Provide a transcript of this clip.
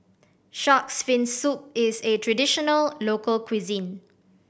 Shark's Fin Soup is a traditional local cuisine